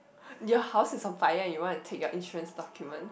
your house is on fire and you want to take your insurance document